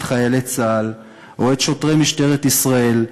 חיילי צה"ל או את שוטרי משטרת ישראל,